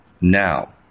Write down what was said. Now